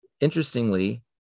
interestingly